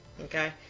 Okay